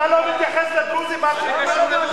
אתה לא מתייחס לדרוזים, מה שאני ביקשתי ממך.